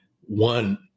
one